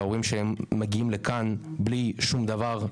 וההורים שמגיעים לכאן בלי שום דבר,